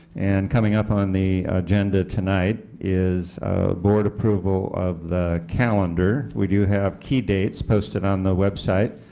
and coming up on the agenda tonight is a board approval of the calendar, we do have key dates posted on the website,